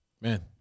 Man